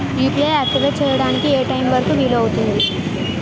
UPI activate చెయ్యడానికి ఏ time వరుకు వీలు అవుతుంది?